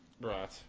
Right